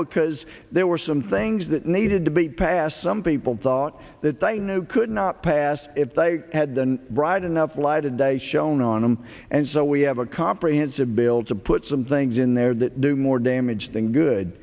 because there were some things that needed to be passed some people thought that they knew could not pass if they had been bright enough light of day shown on them and so we have a comprehensive bill to put some things in there that do more damage than good